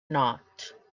not